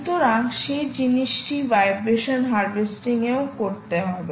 সুতরাং সেই জিনিসটি ভাইব্রেশন হারভেস্টিং এও করতে হবে